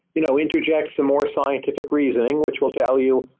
you know interject some more scientific reasoning, which will tell you,